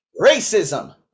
Racism